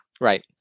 Right